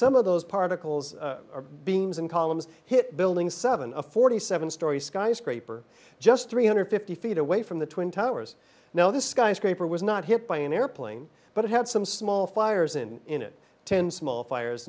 some of those particles are beings and columns hit building seven a forty seven story skyscraper just three hundred fifty feet away from the twin towers now this skyscraper was not hit by an airplane but it had some small fires in in it ten small fires